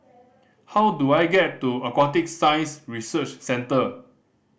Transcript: how do I get to Aquatic Science Research Centre